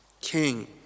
king